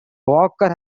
walker